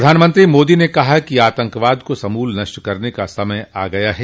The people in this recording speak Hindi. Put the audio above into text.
प्रधानमंत्री मोदी ने कहा कि आतंकवाद को समूल नष्ट करने का समय आ गया है